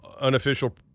unofficial